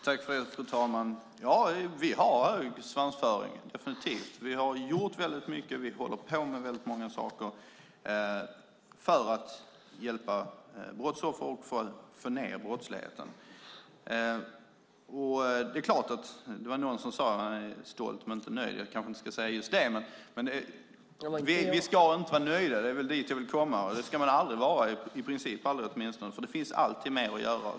Fru talman! Ja, vi har definitivt hög svansföring. Vi har gjort väldigt mycket och håller på med väldigt många saker för att hjälpa brottsoffer och få ned brottsligheten. Någon sade: stolt men inte nöjd. Jag kanske inte ska säga just det. Men man ska i princip aldrig vara nöjd, för det finns alltid mer att göra.